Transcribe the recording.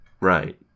Right